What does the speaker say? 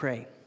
Pray